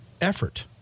effort